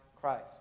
Christ